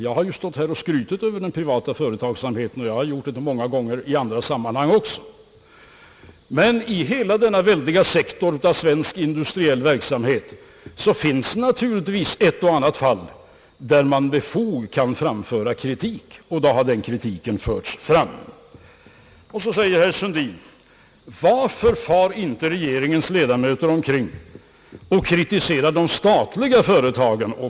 Jag har stått här och skrutit över den privata företagsamheten, och jag har gjort det många gånger också i andra sammanhang, men inom denna väldiga sektor av svensk industriell verksamhet finns naturligtvis ett och annat fall, där man kan med fog framföra kritik, och då har den kritiken förts fram. Så säger herr Sundin: Varför far inte regeringens ledamöter omkring och kritiserar de statliga företagen?